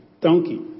donkey